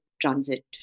transit